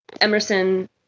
Emerson